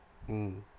mm